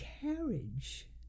carriage